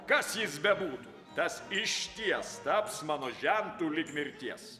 kas jis bebūtų tas išties taps mano žentu lyg mirties